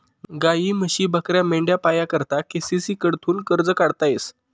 गायी, म्हशी, बकऱ्या, मेंढ्या पाया करता के.सी.सी कडथून कर्ज काढता येस